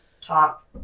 talk